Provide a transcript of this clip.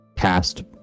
Cast